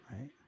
right